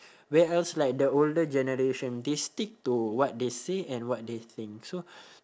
where else like the older generation they stick to what they say and what they think so